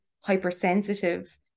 hypersensitive